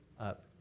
up